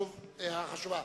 הערה חשובה.